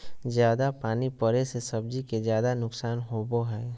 जयादा पानी पड़े से सब्जी के ज्यादा नुकसान होबो हइ